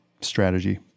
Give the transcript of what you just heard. strategy